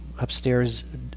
upstairs